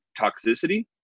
toxicity